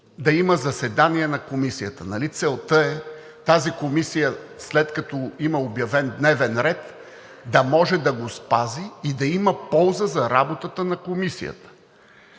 да има заседание на Комисията? Нали целта е, след като има обявен дневен ред, да може да го спазим и да има полза от работата на Комисията?